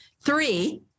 three